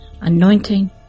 anointing